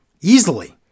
Easily